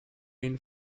been